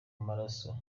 maraso